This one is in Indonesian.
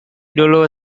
dulu